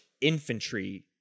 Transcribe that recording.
infantry